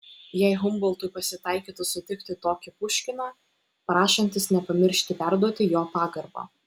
jei humboltui pasitaikytų sutikti tokį puškiną prašantis nepamiršti perduoti jo pagarbą